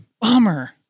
Bummer